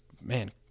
man